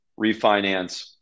refinance